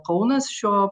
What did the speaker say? kaunas šiuo